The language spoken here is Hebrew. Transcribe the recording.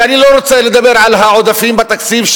ואני לא רוצה לדבר על העודפים בתקציב,